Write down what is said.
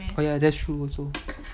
oh ya that's true also